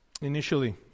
initially